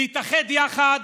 להתאחד יחד,